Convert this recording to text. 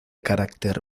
carácter